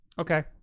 Okay